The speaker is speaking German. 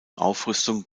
aufrüstung